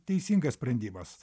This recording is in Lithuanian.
teisingas sprendimas